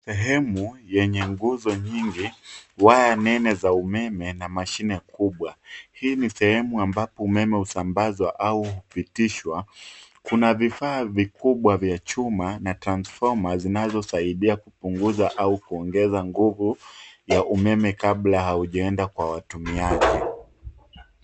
Sehemu yenye nguzo nyingi, waya nene za umeme, na mashine kubwa, hii ni sehemu ambapo umeme usambazwa au hupitishwa, kuna vifaa vikubwa vya chuma, na transformer zinazosaidia kupunguza, au kuongeza nguvu ya umeme kabla haujaenda kwa watumiaji.